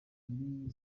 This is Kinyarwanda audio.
muri